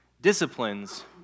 disciplines